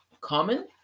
common